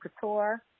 couture